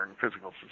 Physical